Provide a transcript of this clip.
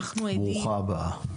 ברוכה הבאה.